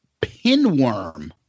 Pinworm